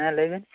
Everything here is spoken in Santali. ᱦᱮᱸ ᱞᱟᱹᱭᱵᱤᱱ